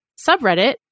subreddit